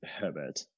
Herbert